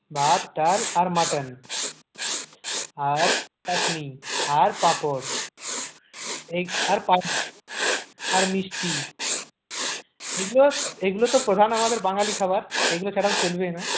ভাত ডাল আর মাটান আর চাটনি আর পাঁপড় এই আর পানি আর মিষ্টি এইগুলো এইগুলো তো প্রধান আমাদের বাঙালি খাবার এইগুলো ছাড়া চলবে না